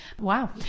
wow